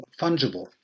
fungible